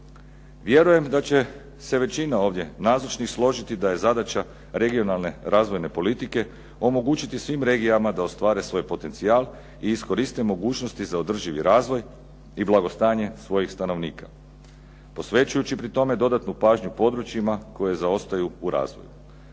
Vjerujem da će se većina ovdje nazočnih složiti da je zadaća regionalne razvojne politike omogućiti svim regijama da ostvare svoj potencijal i iskoriste mogućnosti za održivi razvoj i blagostanje svojih stanovnika. Posvećujući pri tome dodatnu pažnju područjima koji zaostaju u razvoju.